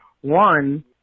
One